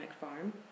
farm